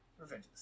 Revenge